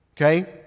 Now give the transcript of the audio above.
okay